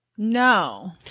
No